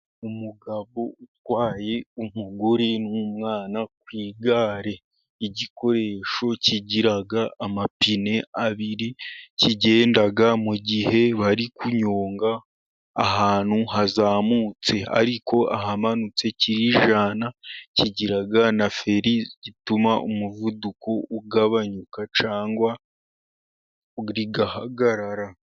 Umugabo utwaye umugore n'umwana ku igare. Igikoresho kigira amapine abiri, kigenda mu mugihe bari kunyonga ahantu hazamutse, ariko ahamanutse kirijyana. Kigira na feri, gituma umuvuduko ugabanyuka, cyangwa rigahagarara.